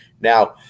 now